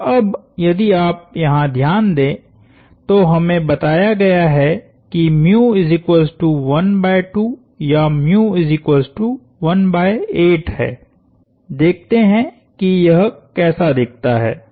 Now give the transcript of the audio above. और अब यदि आप यहां ध्यान दें तो हमें बताया गया है कि या है देखते हैं कि यह कैसा दिखता है